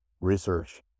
research